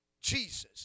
Jesus